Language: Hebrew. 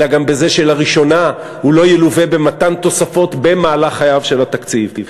אלא גם בזה שלראשונה הוא לא ילווה במתן תוספות במהלך חייו של התקציב.